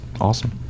awesome